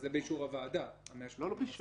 אז זה באישור הוועדה, ה-180 --- לא באישור.